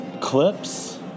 clips